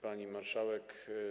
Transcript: Pani Marszałek!